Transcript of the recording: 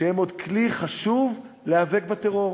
שהם עוד כלי חשוב למאבק בטרור.